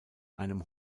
einem